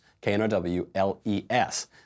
K-N-O-W-L-E-S